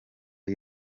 y’i